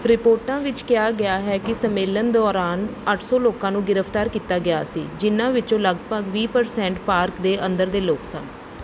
ਰਿਪੋਰਟਾਂ ਵਿੱਚ ਕਿਹਾ ਗਿਆ ਹੈ ਕਿ ਸੰਮੇਲਨ ਦੌਰਾਨ ਅੱਠ ਸੌ ਲੋਕਾਂ ਨੂੰ ਗ੍ਰਿਫਤਾਰ ਕੀਤਾ ਗਿਆ ਸੀ ਜਿਨ੍ਹਾਂ ਵਿੱਚੋਂ ਲਗਭਗ ਵੀਹ ਪਰਸੈਂਟ ਪਾਰਕ ਦੇ ਅੰਦਰ ਦੇ ਲੋਕ ਸਨ